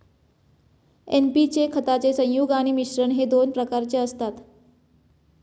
NP चे खताचे संयुग आणि मिश्रण हे दोन प्रकारचे असतात